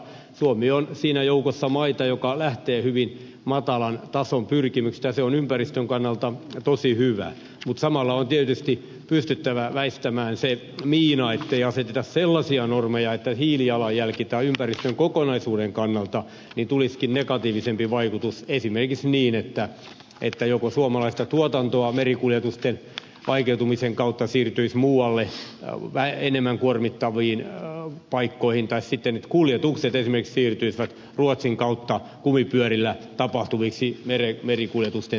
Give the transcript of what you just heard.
suomi on siinä joukossa maita jotka lähtevät hyvin matalan tason pyrkimyksistä ja se on ympäristön kannalta tosi hyvä mutta samalla on tietysti pystyttävä väistämään se miina että asetettaisiin sellaisia normeja että hiilijalanjäljen tai ympäristön kokonaisuuden kannalta tulisikin negatiivisempi vaikutus esimerkiksi niin että joko suomalaista tuotantoa merikuljetusten vaikeutumisen kautta siirtyisi muualle enemmän kuormittaviin paikkoihin tai sitten kuljetukset esimerkiksi siirtyisivät ruotsin kautta kumipyörillä tapahtuviksi merikuljetusten sijaan